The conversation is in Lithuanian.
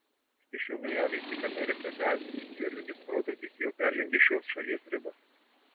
iki šiol realiai tik ameriką gąsdinęs juodligės protrūkis jau peržengė šios šalies ribas